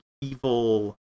evil